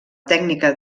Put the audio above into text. tècnica